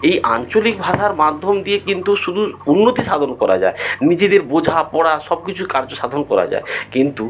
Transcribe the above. এই আঞ্চলিক ভাষার মাধ্যম দিয়ে কিন্তু শুধু উন্নতি সাধন করা যায় নিজেদের বোঝা পড়া সব কিছু কার্য সাধন করা যায় কিন্তু